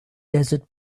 desert